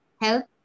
help